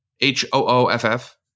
H-O-O-F-F